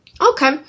okay